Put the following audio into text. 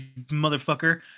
motherfucker